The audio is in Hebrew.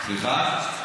סליחה?